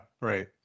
right